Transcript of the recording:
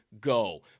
go